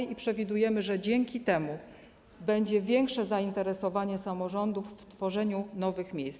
I przewidujemy, że dzięki temu będzie większe zainteresowanie samorządów w tworzeniu nowych miejsc.